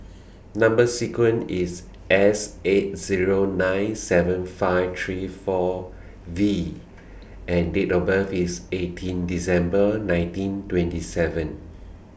Number sequence IS S eight Zero nine seven five three four V and Date of birth IS eighteen December nineteen twenty seven